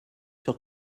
sur